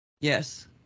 Yes